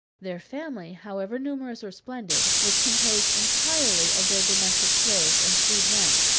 their family, however numerous or splendid, was composed entirely of their domestic slaves and freedmen.